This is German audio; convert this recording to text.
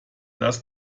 das